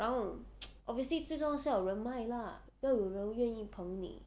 然后 obviously 最重要是要有人脉 lah 要有人愿意捧你